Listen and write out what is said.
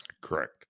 Correct